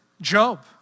Job